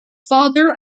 father